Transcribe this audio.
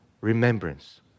remembrance